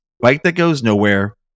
Bike-That-Goes-Nowhere